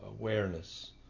awareness